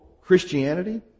Christianity